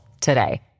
today